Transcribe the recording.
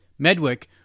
Medwick